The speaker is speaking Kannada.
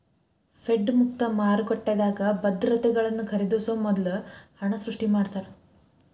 ಫೆಡ್ ಮುಕ್ತ ಮಾರುಕಟ್ಟೆದಾಗ ಭದ್ರತೆಗಳನ್ನ ಖರೇದಿಸೊ ಮೂಲಕ ಹಣನ ಸೃಷ್ಟಿ ಮಾಡ್ತಾರಾ